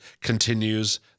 continues